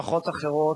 ומשפחות אחרות,